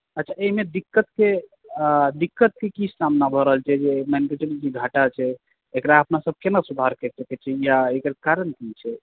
किये तऽ एहिमे दिक्कत के एहि दिक्कत चूँकि सामना भय रहल छै माइन कऽ चलू घाटा छै एकरा अपना सब केना सुधार कय सकै छियै या ओकर कारण की छै